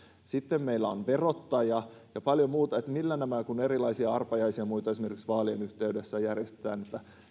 sitten meillä on verottaja ja paljon muita niin millä nämä tiedot kun erilaisia arpajaisia ja muita esimerkiksi vaalien yhteydessä järjestetään